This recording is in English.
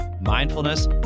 mindfulness